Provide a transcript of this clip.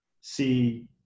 see